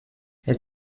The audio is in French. elle